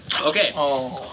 Okay